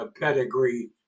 pedigree